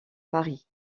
paris